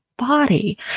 body